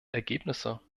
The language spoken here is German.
ergebnisse